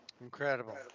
Incredible